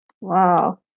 Wow